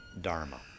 Dharma